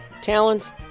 talents